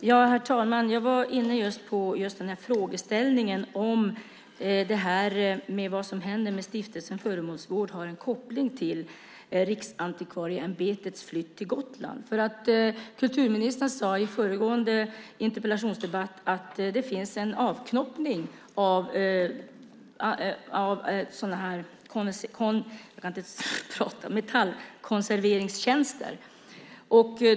Herr talman! Jag var just inne på frågeställningen om huruvida det som händer med Stiftelsen Föremålsvård har en koppling till Riksantikvarieämbetets flytt till Gotland. Kulturministern sade i en tidigare interpellationsdebatt att det finns en avknoppning av sådana här metallkonserveringstjänster.